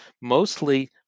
Mostly